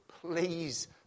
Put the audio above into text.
please